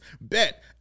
bet